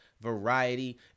variety